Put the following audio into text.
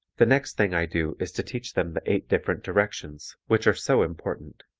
the next thing i do is to teach them the eight different directions, which are so important.